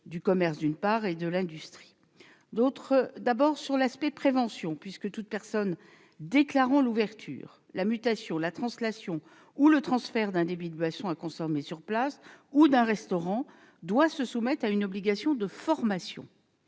du commerce et de l'industrie. Tout d'abord, sur l'aspect prévention, toute personne déclarant l'ouverture, la mutation, la translation ou le transfert d'un débit de boissons à consommer sur place ou d'un restaurant doit se soumettre à une obligation de formation.